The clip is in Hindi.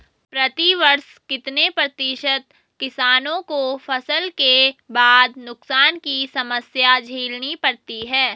प्रतिवर्ष कितने प्रतिशत किसानों को फसल के बाद नुकसान की समस्या झेलनी पड़ती है?